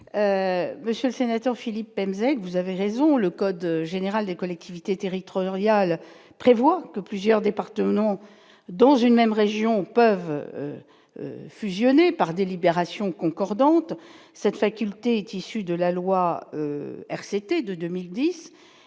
monsieur le sénateur Philippe NZ : vous avez raison, le code général des collectivités territoriales prévoit que plusieurs départements non dans une même région peuvent fusionner par délibérations concordantes cette faculté est issu de la loi RCT de 2010